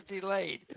delayed